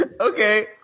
Okay